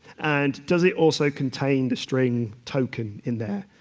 and does it also contain the string token? in there?